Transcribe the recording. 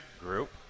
group